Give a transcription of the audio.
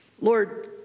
Lord